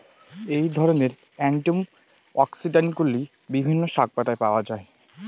এই ধরনের অ্যান্টিঅক্সিড্যান্টগুলি বিভিন্ন শাকপাতায় পাওয়া য়ায়